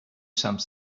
some